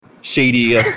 shady